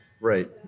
Right